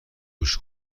گوش